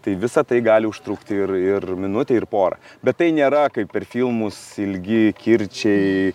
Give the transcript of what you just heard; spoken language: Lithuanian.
tai visą tai gali užtrukti ir ir minutę ir porą bet tai nėra kaip per filmus ilgi kirčiai